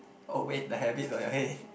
oh wait the habit's on your head